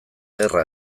gerra